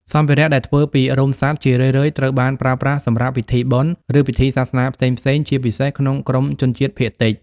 សម្ភារៈដែលធ្វើពីរោមសត្វជារឿយៗត្រូវបានប្រើប្រាស់សម្រាប់ពិធីបុណ្យ ឬពិធីសាសនាផ្សេងៗ ជាពិសេស ក្នុងក្រុមជនជាតិភាគតិច។